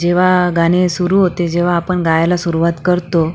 जेव्हा गाणे सुरू होते जेव्हा आपण गायला सुरुवात करतो